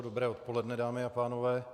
Dobré odpoledne, dámy a pánové.